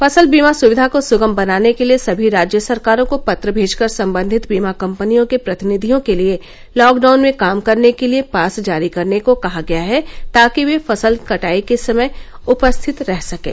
फसल बीमा सुविधा को सुगम बनाने के लिए सभी राज्य सरकारों को पत्र भेजकर संबंधित बीमा कंपनियों के प्रतिनिधियों के लिए लॉकडाउन में काम करने के लिए पास जारी करने को कहा गया है ताकि वे फसल कटाई के समय उपस्थित रह सकें